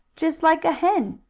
just like a hen.